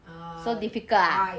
err five